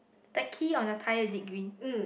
the key on your tire is it green